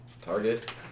Target